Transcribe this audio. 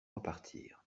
repartir